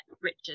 richard